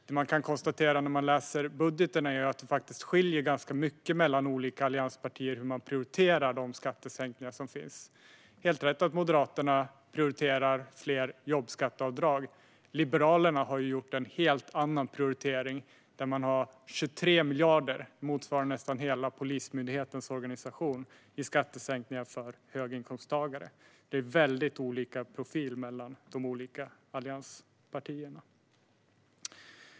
När man läser de olika budgetarna skiljer det ganska mycket mellan hur de olika allianspartierna prioriterar de skattesänkningar som föreslås. Det är helt rätt att Moderaterna prioriterar fler jobbskatteavdrag. Liberalerna har en helt annan prioritering. Man satsar 23 miljarder - det motsvarar nästan hela Polismyndighetens organisation - på skattesänkningar för höginkomsttagare. Det är väldigt olika profil mellan de olika allianspartierna.